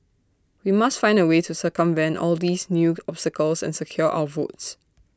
we must find A way to circumvent all these new obstacles and secure our votes